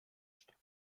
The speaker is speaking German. statt